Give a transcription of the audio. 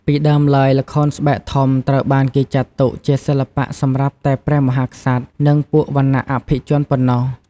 ពីដើមឡើយ ល្ខោនស្បែកធំត្រូវបានគេចាត់ទុកជាសិល្បៈសម្រាប់តែព្រះមហាក្សត្រ និងពួកវណ្ណៈអភិជនប៉ុណ្ណោះ។